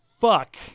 fuck